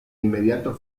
inmediato